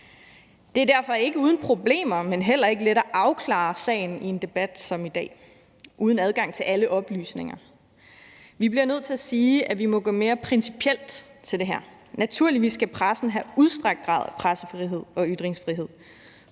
Det er derfor ikke uden problemer og heller ikke let at afklare sagen i en debat som den i dag uden adgang til alle oplysninger. Vi bliver nødt til at sige, at vi må gå mere principielt til det her. Naturligvis skal pressen have en udstrakt grad af pressefrihed og ytringsfrihed,